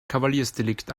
kavaliersdelikt